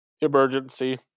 emergency